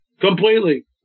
Completely